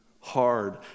hard